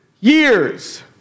years